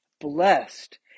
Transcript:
blessed